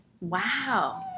Wow